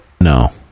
No